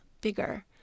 bigger